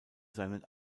seinen